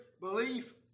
belief